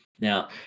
Now